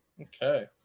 Okay